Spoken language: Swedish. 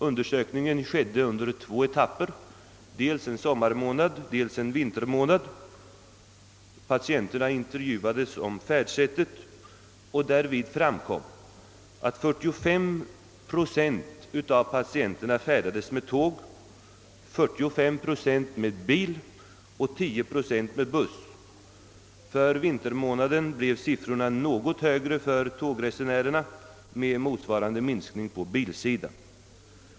Undersökningen ägde rum i två etapper, dels under en sommarmånad, dels under en vintermånad, Vid intervjuerna med patienterna framkom beträffande sommarmånaden att 45 procent färdades med tåg, 45 procent med bil och 10 procent med buss. För vintermånaden blev siffrorna något högre för tågresenärerna med en motsvarande minskning på bilsidan.